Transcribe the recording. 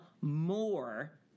more